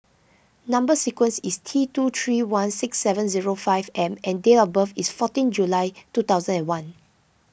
Number Sequence is T two three one six seven zero five M and date of birth is fourteen July two thousand and one